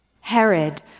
Herod